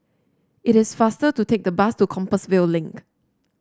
It is faster to take the bus to Compassvale Link